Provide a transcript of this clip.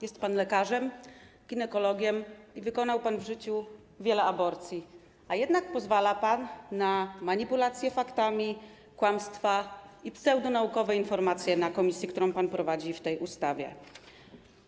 Jest pan lekarzem ginekologiem i wykonał pan w życiu wiele aborcji, a jednak pozwala pan na manipulacje faktami, kłamstwa i pseudonaukowe informacje na posiedzeniu komisji, którą pan prowadzi w sprawie tej ustawy.